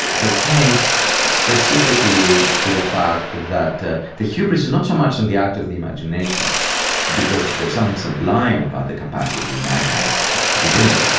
pertains specifically to the fact that the the hubris is not so much in the act of the imagination because there is something sublime about the capacity to imagine divinity.